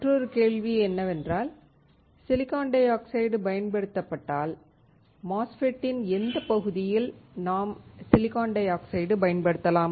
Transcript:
மற்றொரு கேள்வி என்னவென்றால் சிலிக்கான் டை ஆக்சைடு பயன்படுத்தப்பட்டால் MOSFETடின் எந்த பகுதியில் நாம் சிலிக்கான் டை ஆக்சைடு பயன்படுத்தலாம்